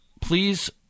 Please